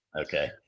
Okay